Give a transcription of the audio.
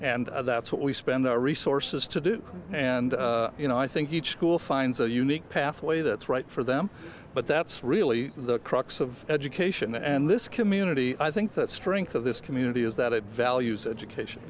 and that's what we spend our resources to do and you know i think each school finds a unique pathway that's right for them but that's really the crux of education and this community i think the strength of this community is that it values education